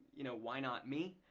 you know why not me,